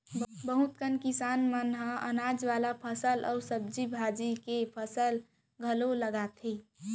बहुत कन किसान मन ह अनाज वाला फसल अउ सब्जी भाजी के फसल घलोक लगाथे